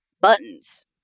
buttons